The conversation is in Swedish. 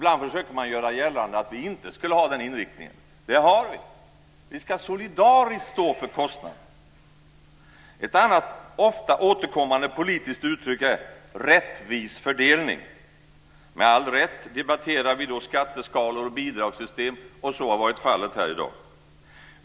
Ibland försöker man göra gällande att vi inte har den inriktningen, men det har vi. Vi ska solidariskt stå för kostnaderna! Ett annat ofta återkommande politiskt uttryck är "rättvis fördelning". Med all rätt debatterar vi då skatteskalor och bidragssystem, och så har varit fallet också här i dag.